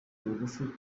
bugufi